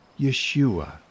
Yeshua